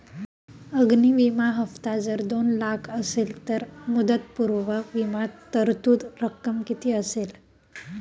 अग्नि विमा हफ्ता जर दोन लाख असेल तर मुदतपूर्व विमा तरतूद रक्कम किती असेल?